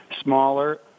smaller